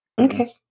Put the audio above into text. Okay